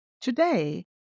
Today